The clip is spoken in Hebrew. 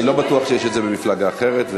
אני לא בטוח שיש את זה במפלגה אחרת,